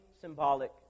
symbolic